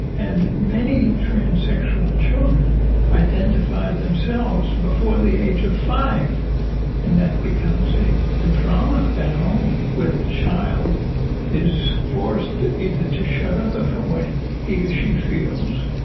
and many transsexual children identify themselves before the age of five and that becomes a ah drama at home where the child is forced to either shut up about what he or she feels,